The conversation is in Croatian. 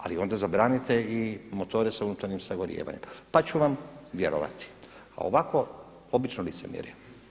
Ali onda zabranite i motore sa unutarnjim sagorijevanjem, pa ću vam vjerovati, a ovako, obično licemjerje.